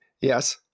Yes